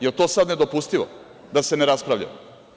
Jel to sad nedopustivo da se ne raspravlja?